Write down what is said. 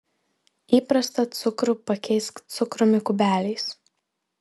įprastą cukrų pakeisk cukrumi kubeliais